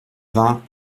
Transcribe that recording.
vingts